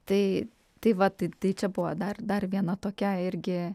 tai tai va tai tai čia buvo dar dar viena tokia irgi